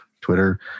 twitter